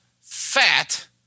fat